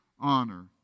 honor